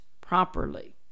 properly